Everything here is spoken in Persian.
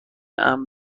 امن